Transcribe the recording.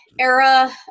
era